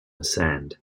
ascend